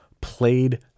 played